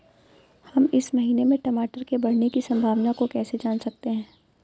हम इस महीने में टमाटर के बढ़ने की संभावना को कैसे जान सकते हैं?